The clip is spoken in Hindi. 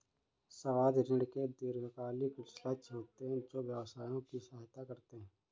सावधि ऋण के दीर्घकालिक लक्ष्य होते हैं जो व्यवसायों की सहायता करते हैं